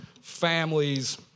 families